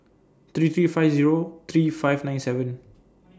three three five Zero three five nine seven